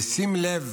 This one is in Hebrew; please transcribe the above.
בשים לב